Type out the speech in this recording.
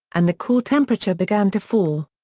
and the core temperature began to fall.